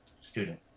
student